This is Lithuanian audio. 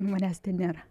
manęs ten nėra